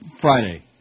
Friday